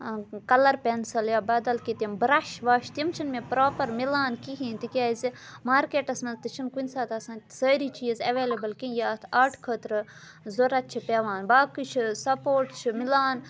آ colour pencil یا بَدَل کیٚنٛہہ تِم برٛش وَش تِم چھِ نہٕ مےٚ پرٛاپَر میلان کِہیٖنٛۍ تِکیٛازِ مارکیٹَس منٛز تہِ چھِ نہٕ کُنہِ ساتہٕ آسان سٲری چیٖز ایٚویلیبُل کیٚنٛہہ یہِ اَتھ آرٹ خٲطرٕ ضروٗرت چھِ پٮ۪وان باقٕے چھِ سَپورٹ چھُ میلان